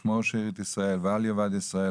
שמור שארית ישראל ואל יאבד ישראל,